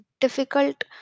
difficult